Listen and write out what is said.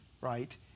right